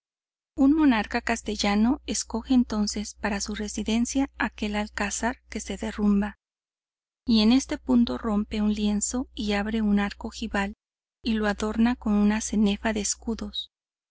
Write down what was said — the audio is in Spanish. un monarca castellano escoge entonces para su residencia aquel alcázar que se derrumba y en este punto rompe un lienzo y abre un arco ojival y lo adorna con una cenefa de escudos